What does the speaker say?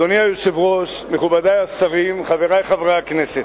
אדוני היושב-ראש, מכובדי השרים, חברי חברי הכנסת,